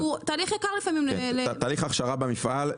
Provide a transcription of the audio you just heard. יקר לפעמים לגבי תהליך ההכשרה במפעל,